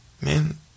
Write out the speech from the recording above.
man